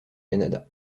canada